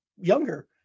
younger